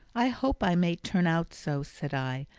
i hope i may turn out so, said i,